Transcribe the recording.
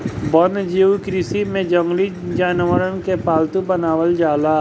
वन्यजीव कृषि में जंगली जानवरन के पालतू बनावल जाला